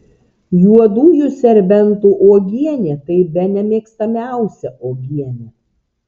juodųjų serbentų uogienė tai bene mėgstamiausia uogienė